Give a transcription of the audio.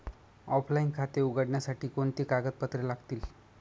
Offline खाते उघडण्यासाठी कोणती कागदपत्रे लागतील?